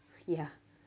ya